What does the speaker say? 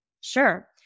Sure